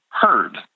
heard